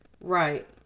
Right